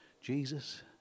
Jesus